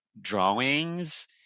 drawings